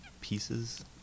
pieces